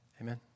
Amen